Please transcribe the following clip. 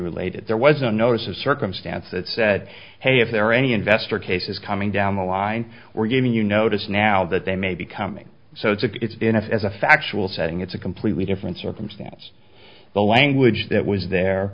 related there was no notice of circumstance that said hey if there are any investor cases coming down the line we're giving you notice now that they may be coming so it's a it's enough as a factual setting it's a completely different circumstance the language that was there